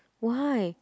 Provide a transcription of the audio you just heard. why